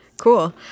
cool